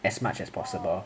as much as possible